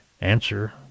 answer